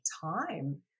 time